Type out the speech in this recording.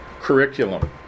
curriculum